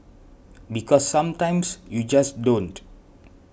because sometimes you just don't